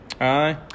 Aye